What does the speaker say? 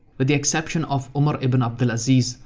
with the except and of umar ibn abd al-aziz,